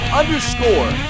underscore